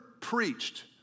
preached